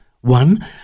One